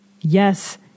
Yes